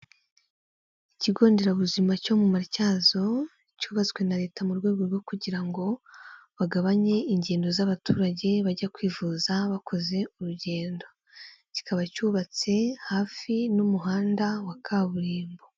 Ikigo nderabuzima cyo mu matyazo, cyubatswe na leta mu rwego rwo kugira ngo bagabanye ingendo z'abaturage bajya kwivuza bakoze urugendo. Kikaba cyubatse hafi n'umuhanda wa kaburimbo.